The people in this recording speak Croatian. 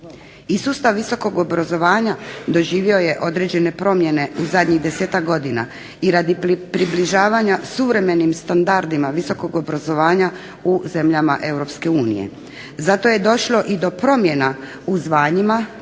I sustav visokog obrazovanja doživio je određene promjene u zadnjih 10-tak godina i radi približavanja suvremenim standardima visokog obrazovanja u zemljama Europske unije. zato je došlo i do promjena u zvanjima